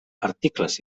articles